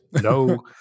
no